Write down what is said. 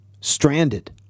stranded